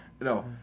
no